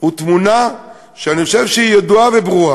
הוא תמונה שאני חושב שהיא ידועה וברורה,